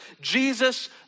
Jesus